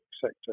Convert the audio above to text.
sector